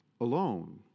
alone